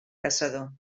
caçador